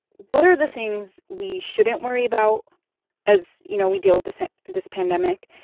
what are the things we shouldn't worry about as, you know, we deal with this this pandemic,